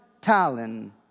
talent